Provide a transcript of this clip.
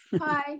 Hi